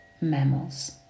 mammals